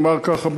נאמר ככה,